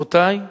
רבותי,